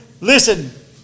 Listen